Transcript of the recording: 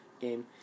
game